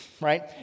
right